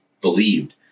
believed